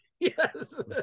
Yes